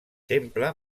temple